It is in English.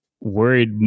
Worried